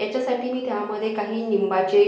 याच्यासाठी मी त्यामध्ये काही निंबाचे